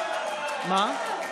מה?